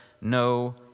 no